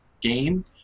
game